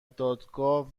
دادگاه